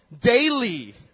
Daily